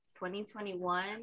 2021